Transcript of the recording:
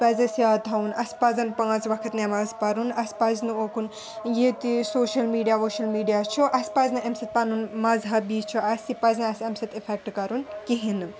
پَزِ اَسہِ یاد تھاوُن اَسہِ پَزَن پانٛژھ وَقت نؠماز پَرُن اَسہِ پَزِ نہٕ اوٚکُن یہِ تہِ سوشَل میٖڈیا ووشَل میٖڈیا چھُ اَسہِ پَزِ نہٕ اَمہِ سٟتۍ پَنُن مَذہَب یِی چھُ اَسہِ پَزیا اَمہِ سٍتۍ اِیٚفِؠکٹ کَرُن کِہیٖنٛۍ نہٕ